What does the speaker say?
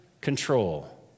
control